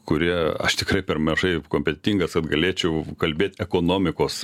kurie aš tikrai per mažai kompetentingas kad galėčiau kalbėt ekonomikos